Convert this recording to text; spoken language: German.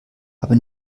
aber